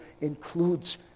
includes